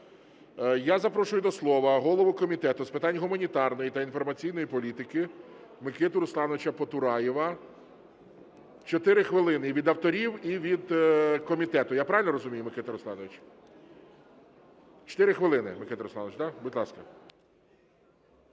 Я запрошую до слова голову Комітету з питань гуманітарної та інформаційної політики Микиту Руслановича Потураєва. Чотири хвилини від авторів і від комітету. Я правильно розумію, Микита Русланович? Чотири хвилини, Микита Русланович, да? Будь ласка.